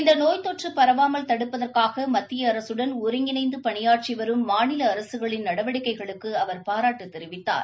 இந்த நோய் தொற்று பரவாமல் தடுப்பதற்காக மத்திய அரசுடன் ஒருங்கிணைந்து பணியாற்றி வரும் மாநில அரசுகளின் நடவடிக்கைகளுக்கு அவர் பாராட்டு தெரிவித்தார்